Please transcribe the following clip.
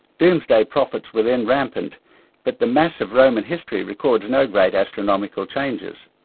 doomsday prophets were then rampant but the mass of roman history records no great astronomical changes.